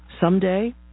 someday